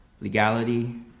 legality